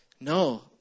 No